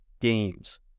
games